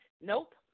Nope